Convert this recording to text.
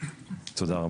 תודה רבה.